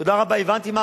תודה רבה, הבנתי.